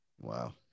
Wow